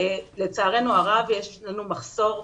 לצערנו הרב יש לנו מחסור.